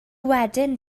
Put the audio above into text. wedyn